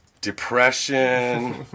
depression